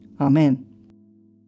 Amen